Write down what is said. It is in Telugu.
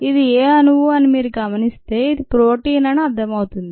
అది ఏ అణువు అని మీరు గమనిస్తే అది ప్రోటీన్ అని అర్థమవుతుంది